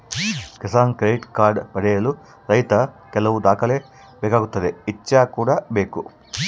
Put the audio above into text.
Kisan credit card ಪಡೆಯಲು ರೈತ ಕೆಲವು ದಾಖಲೆ ಬೇಕಾಗುತ್ತವೆ ಇಚ್ಚಾ ಕೂಡ ಬೇಕು